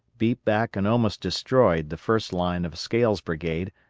beat back and almost destroyed the first line of scales' brigade,